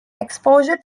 exposure